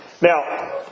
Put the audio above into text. Now